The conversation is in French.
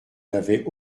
n’avais